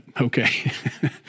okay